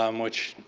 um which,